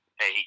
hey